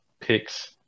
picks